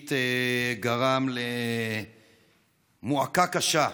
אישית גרם למועקה קשה.